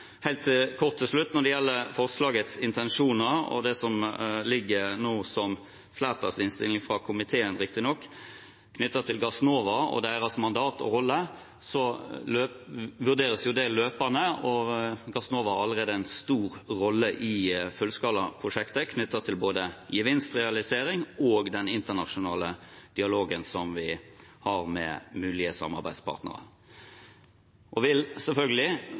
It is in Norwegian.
Helt kort til slutt: Når det gjelder forslagets intensjoner, og det som nå ligger som flertallsinnstilling, fra komiteen riktignok, knyttet til Gassnova og deres mandat og rolle, vurderes det løpende – og Gassnova har allerede en stor rolle i fullskalaprosjektet knyttet til både gevinstrealisering og den internasjonale dialogen som vi har med mulige samarbeidspartnere – og vil selvfølgelig